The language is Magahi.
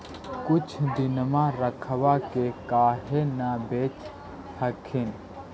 कुछ दिनमा रखबा के काहे न बेच हखिन?